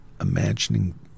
imagining